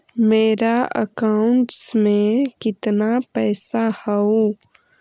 मेरा अकाउंटस में कितना पैसा हउ?